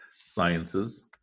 sciences